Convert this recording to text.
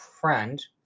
friend